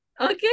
Okay